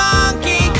Monkey